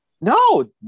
No